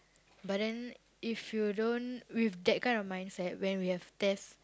but then if you don't with that kind of mindset when we have test